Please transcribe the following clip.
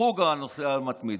בחוג הנוסע המתמיד.